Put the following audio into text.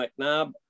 McNabb